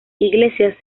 iglesias